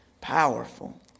powerful